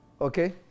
Okay